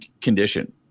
condition